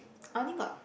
I only got